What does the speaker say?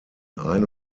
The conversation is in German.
ein